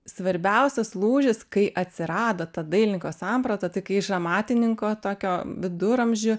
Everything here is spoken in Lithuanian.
svarbiausias lūžis kai atsirado ta dailininko samprata tai kai iš amatininko tokio viduramžių